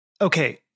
Okay